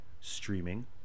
streaming